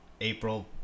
April